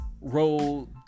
role